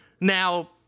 Now